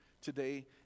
today